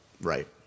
Right